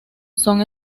son